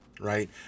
Right